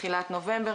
תחילת נובמבר.